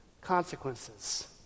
consequences